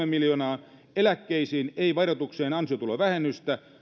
miljoonaa eläkkeisiin ei verotukseen ansiotulovähennystä